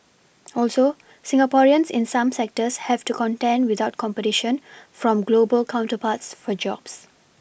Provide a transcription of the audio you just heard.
also Singaporeans in some sectors have to contend without competition from global counterparts for jobs